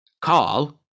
Carl